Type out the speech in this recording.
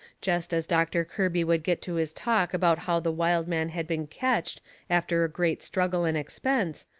jest as doctor kirby would get to his talk about how the wild man had been ketched after great struggle and expense,